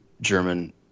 German